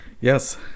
Yes